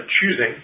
choosing